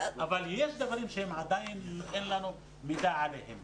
אבל יש דברים שעדיין אין לנו מידע עליהם.